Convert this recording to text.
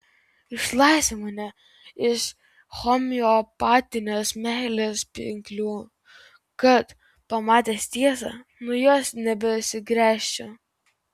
išlaisvink mane iš homeopatinės meilės pinklių kad pamatęs tiesą nuo jos nebesigręžčiau